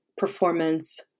performance